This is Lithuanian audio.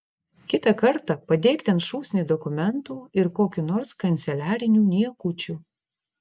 kitą kartą padėk ten šūsnį dokumentų ir kokių nors kanceliarinių niekučių